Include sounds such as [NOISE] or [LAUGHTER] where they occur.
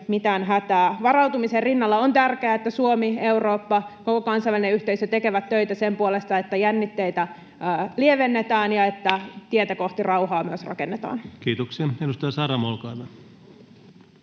mitään hätää. Varautumisen rinnalla on tärkeää, että Suomi, Eurooppa ja koko kansainvälinen yhteisö tekevät töitä myös sen puolesta, että jännitteitä lievennetään [NOISE] ja että tietä kohti rauhaa rakennetaan. Kiitoksia. — Edustaja Saramo, olkaa